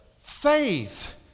faith